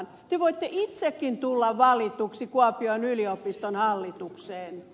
te voitte itsekin tulla valituksi kuopion yliopiston hallitukseen